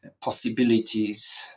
possibilities